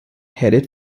headed